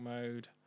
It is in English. mode